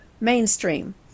Mainstream